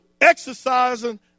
exercising